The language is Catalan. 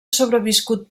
sobreviscut